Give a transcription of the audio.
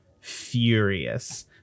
furious